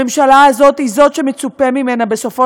הממשלה הזאת היא זאת שמצופה ממנה בסופו